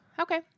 Okay